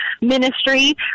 ministry